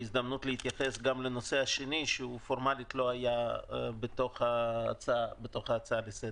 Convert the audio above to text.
זאת הזדמנות גם להתייחס לנושא השני שפורמלית לא היה בתוך ההצעה לסדר.